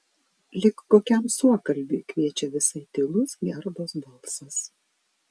lyg kokiam suokalbiui kviečia visai tylus gerdos balsas